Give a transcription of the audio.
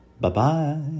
Bye-bye